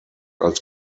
als